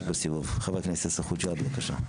חבר הכנסת יאסר חוג'יראת, בבקשה.